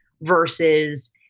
versus